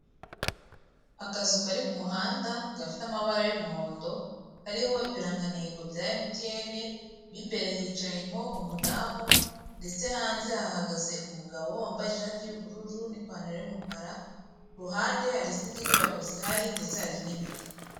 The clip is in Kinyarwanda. Akazu kari ku kumuhanda gafite amabara y'umuhondo, kariho ibirangantego bya Emutiyene mimbere hicayemo umudamu ndetse hanze ,hahagaze umugabo wambaye ishati yubururu nipantaro yumukara, kuruhande hari izindi nyubako zihari ndetse hari n'ibiti.